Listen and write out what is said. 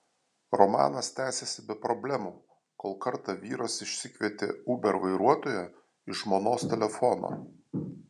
romanas tęsėsi be problemų kol kartą vyras išsikvietė uber vairuotoją iš žmonos telefono